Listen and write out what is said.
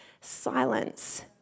silence